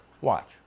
Watch